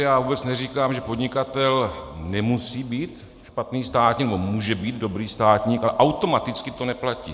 Vůbec neříkám, že podnikatel nemusí být špatný státník, může být dobrý státník, ale automaticky to neplatí.